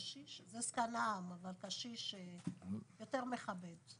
זה זקן העם, אבל קשיש יותר מכבד.